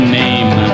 name